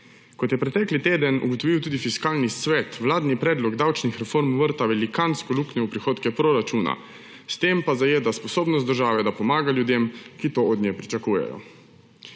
Kot je pretekli teden ugotovil tudi Fiskalni svet, vladni predlog davčnih reform vrta velikansko luknjo v prihodke proračuna, s tem pa zajeda sposobnost države, da pomaga ljudem, ki to od nje pričakujejo.